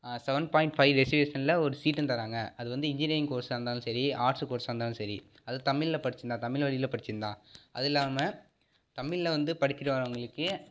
seven point five ரெசிவேஷனில் ஒரு சீட்டும் தராங்க அது வந்து இன்ஜினீரிங் கோர்ஸாக இருந்தாலும் சரி ஆர்ட்ஸ் கோர்ஸாக இருந்தாலும் சரி அது தமிழில் படிச்சிருந்தால் தமிழ் வழியில் படிச்சிருந்தால் அது இல்லாமல் தமிழில் வந்து படிக்கிறவங்களுக்கு